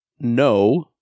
No